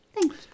Thanks